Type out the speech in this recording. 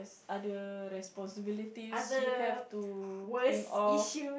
other responsibilities you have to think of